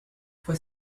fue